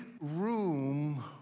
room